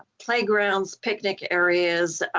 playgrounds, picnic areas,